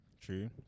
true